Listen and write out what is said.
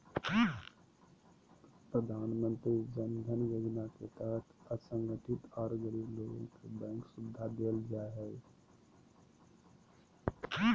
प्रधानमंत्री जन धन योजना के तहत असंगठित आर गरीब लोग के बैंक सुविधा देल जा हई